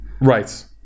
Right